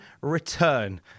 return